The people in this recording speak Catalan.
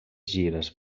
gires